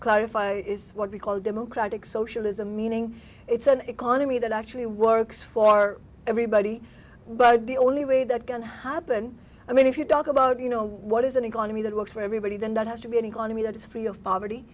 clarify is what we call democratic socialism meaning it's a an economy that actually works for everybody but the only way that can hoppen i mean if you talk about you know what is an economy that works for everybody then that has to be an economy that is free of poverty